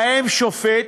בהם שופט,